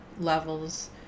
levels